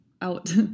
out